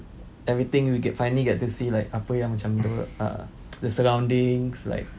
everything we get finally get to see like apa yang macam the uh the surroundings